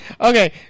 Okay